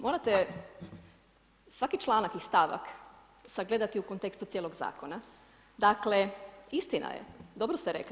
Morate svaki članak i stavak sagledati u kontekstu cijelog zakona, dakle istina je, dobro ste rekli.